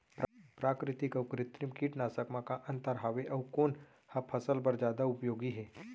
प्राकृतिक अऊ कृत्रिम कीटनाशक मा का अन्तर हावे अऊ कोन ह फसल बर जादा उपयोगी हे?